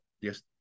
Yes